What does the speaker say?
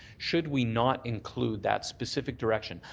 should we not include that specific direction,